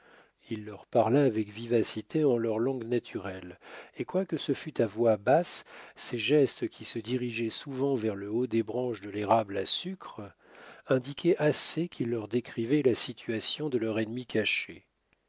il leur parla avec vivacité en leur langue naturelle et quoique ce fût à voix basse ses gestes qui se dirigeaient souvent vers le haut des branches de l'érable à sucre indiquaient assez qu'il leur décrivait la situation de leur ennemi caché